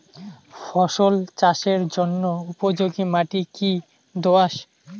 ফসল চাষের জন্য উপযোগি মাটি কী দোআঁশ?